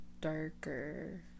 darker